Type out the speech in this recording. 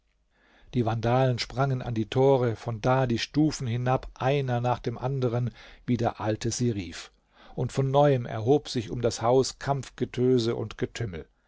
die vandalen sprangen an die tore von da die stufen hinab einer nach dem anderen wie der alte sie rief und von neuem erhob sich um das haus kampfgetöse und getümmel